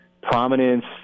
prominence